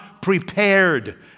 prepared